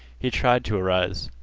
he tried to arise.